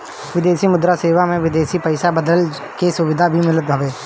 विदेशी मुद्रा सेवा में विदेशी पईसा बदलला के सुविधा भी मिलत हवे